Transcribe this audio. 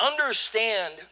understand